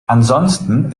ansonsten